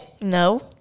No